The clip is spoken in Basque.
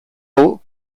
hau